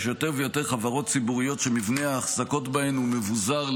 יותר ויותר חברות ציבוריות שמבנה האחזקות בהן הוא מבוזר,